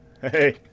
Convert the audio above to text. Hey